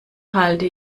halte